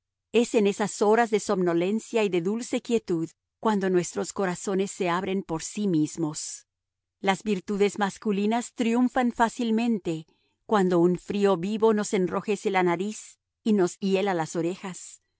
es en esas horas de somnolencia y de dulce quietud cuando nuestros corazones se abren por sí mismos las virtudes masculinas triunfan fácilmente cuando un frío vivo nos enrojece la nariz y nos hiela las orejas